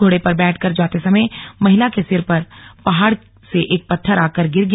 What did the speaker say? घोड़े पर बैठकर जाते समय महिला के सिर पर पहाड़ से एक पत्थर आकर गिर गया